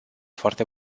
foarte